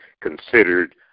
considered